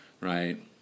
right